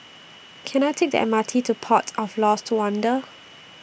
Can I Take The M R T to Port of Lost Wonder